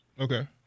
Okay